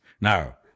Now